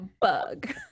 bug